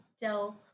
tell